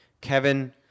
Kevin